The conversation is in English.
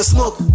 Smoke